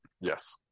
Yes